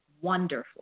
wonderfully